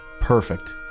Perfect